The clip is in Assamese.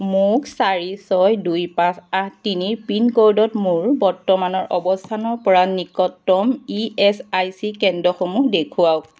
মোক চাৰি ছয় দুই পাঁচ আঠ তিনি পিনক'ডত মোৰ বৰ্তমানৰ অৱস্থানৰ পৰা নিকটতম ইএচআইচি কেন্দ্ৰসমূহ দেখুৱাওক